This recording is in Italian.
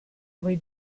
voi